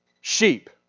Sheep